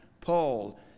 Paul